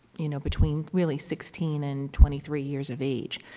you know, between really sixteen and twenty three years of age?